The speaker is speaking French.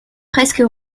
presque